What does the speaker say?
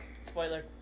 Spoiler